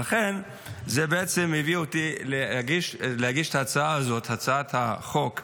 ולכן זה בעצם הביא אותי להגיש את הצעת החוק הזאת,